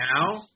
now